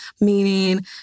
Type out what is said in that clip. meaning